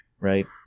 right